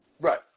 Right